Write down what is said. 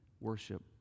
worship